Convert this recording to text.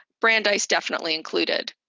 brandeis definitely included.